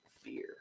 fear